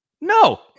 no